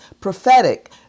prophetic